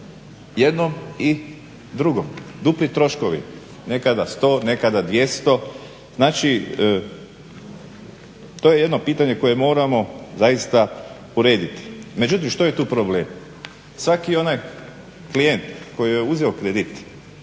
jednom i drugom, dupli troškovi. Nekada 100, nekada 200. Znači to je jedno pitanje koje moramo zaista urediti. Međutim što je tu problem? Svaki onaj klijent koji je uzeo kredit